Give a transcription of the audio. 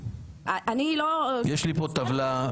יש לי פה טבלה,